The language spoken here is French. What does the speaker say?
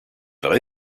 vrai